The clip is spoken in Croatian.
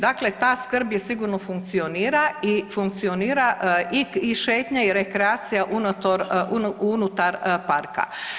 Dakle, ta skrb je sigurno funkcionira i funkcionira i šetnja i rekreacija unutor, unutar parka.